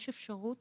יש אפשרות